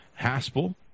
Haspel